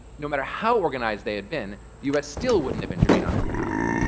no matter how organized they had been, the us still wouldn't have intervened on their behalf.